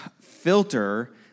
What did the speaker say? filter